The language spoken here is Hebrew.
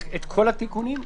את כל התיקונים?